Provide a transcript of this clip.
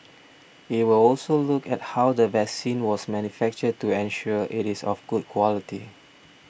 it will also look at how the vaccine was manufactured to ensure it is of good quality